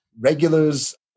regulars